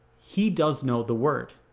he does know the word.